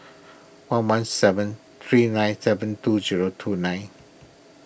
one one seven three nine seven two zero two nine